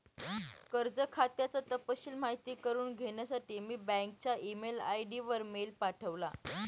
कर्ज खात्याचा तपशिल माहित करुन घेण्यासाठी मी बँकच्या ई मेल आय.डी वर मेल पाठवला